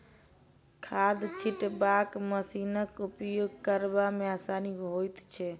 खाद छिटबाक मशीनक उपयोग करबा मे आसानी होइत छै